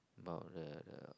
about the the